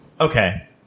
Okay